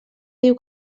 diu